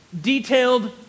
detailed